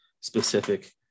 specific